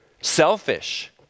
selfish